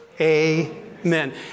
amen